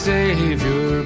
Savior